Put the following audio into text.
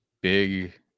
big